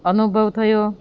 અનુભવ થયો